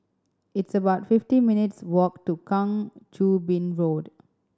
it's about fifty minutes' walk to Kang Choo Bin Road